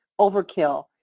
overkill